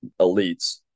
elites